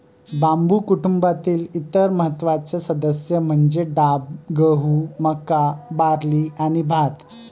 बांबू कुटुंबातील इतर महत्त्वाचे सदस्य म्हणजे डाब, गहू, मका, बार्ली आणि भात